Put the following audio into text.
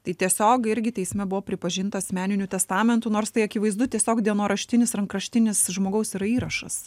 tai tiesiog irgi teisme buvo pripažinta asmeniniu testamentu nors tai akivaizdu tiesiog dienoraštinis rankraštinis žmogaus yra įrašas